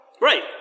Right